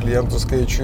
klientų skaičių